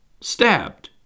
Stabbed